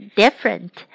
different